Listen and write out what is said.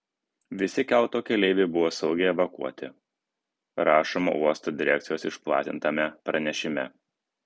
visi kelto keleiviai buvo saugiai evakuoti rašoma uosto direkcijos išplatintame pranešime